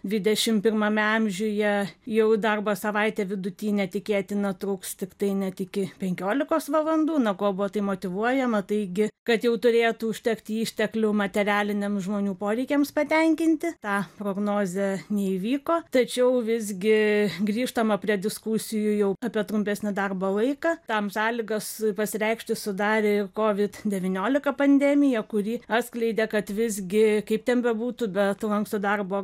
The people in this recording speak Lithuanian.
dvidešim pirmame amžiuje jau darbo savaitė vidutinė tikėtina truks tiktai net iki penktiolikos valandų na kuo buvo tai motyvuojama taigi kad jau turėtų užtekti išteklių materialiniam žmonių poreikiams patenkinti ta prognozė neįvyko tačiau visgi grįžtama prie diskusijų jau apie trumpesnį darbo laiką tam sąlygas pasireikšti sudarė ir covid devyniolika pandemija kuri atskleidė kad visgi kaip ten bebūtų bet lankstų darbo